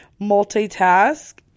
multitask